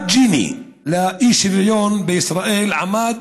מדד ג'יני לאי-שוויון בישראל עמד